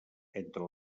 entre